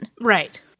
Right